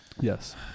Yes